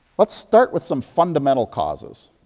letis start with some fundamental causes,